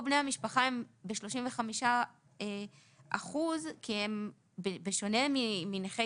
פה בני המשפחה הם ב-35% כי הם בשונה מנכי